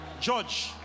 George